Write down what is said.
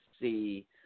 see –